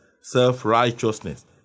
self-righteousness